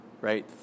right